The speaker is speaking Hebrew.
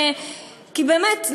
כי באמת,